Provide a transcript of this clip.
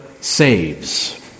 saves